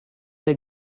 der